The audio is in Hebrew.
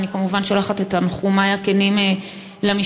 ואני כמובן שולחת את תנחומי הכנים למשפחה,